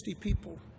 people